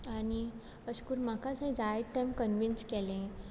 आनी अशें करून म्हाकाच हांव जायतें कनविन्स केलें